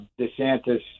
DeSantis